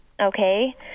Okay